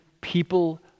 people